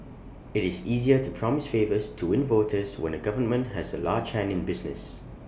IT is easier to promise favours to win voters when A government has A large hand in business